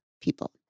people